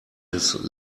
his